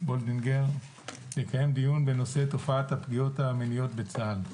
וולדיגר לקיים דיון בנושא תופעת הפגיעות המיניות בצה"ל.